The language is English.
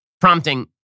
prompting